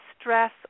stress